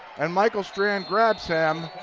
and michael strand grabs him,